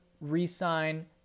re-sign